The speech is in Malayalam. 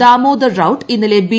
ദാമോദർ റൌട്ട് ഇന്നലെ ബി